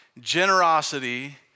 generosity